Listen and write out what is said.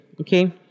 okay